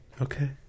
Okay